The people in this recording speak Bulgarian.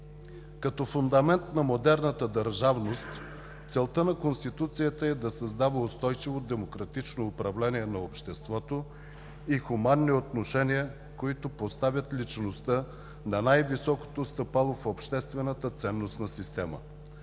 Като фундамент на модерната държавност целта на Конституцията е да създава устойчиво, демократично управление на обществото и хуманни отношения, които поставят личността на най-високото стъпало в обществената ценностна система.